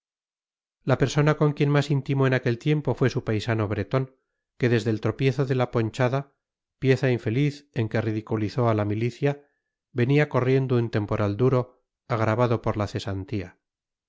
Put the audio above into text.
la persona con quien más intimó en aquel tiempo fue su paisano bretón que desde el tropiezo de la ponchada pieza infeliz en que ridiculizó a la milicia venía corriendo un temporal duro agravado por la cesantía